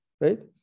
right